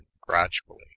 gradually